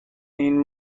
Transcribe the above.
این